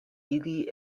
ili